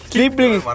Sleeping